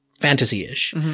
fantasy-ish